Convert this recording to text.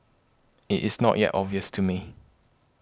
it is not yet obvious to me